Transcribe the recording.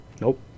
Nope